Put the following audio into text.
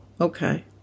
okay